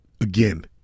Again